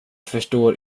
förstår